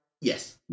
Yes